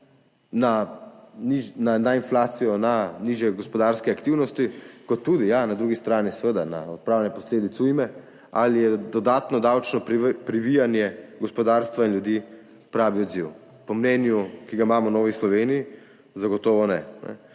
na inflacijo, na nižje gospodarske aktivnosti, ja, seveda, na drugi strani tudi na odpravljanje posledic ujme, ali je dodatno davčno previjanje gospodarstva in ljudi pravi odziv? Po mnenju, ki ga imamo v Novi Sloveniji, zagotovo ne.